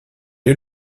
est